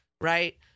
right